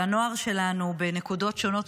של הנוער שלנו בנקודות שונות,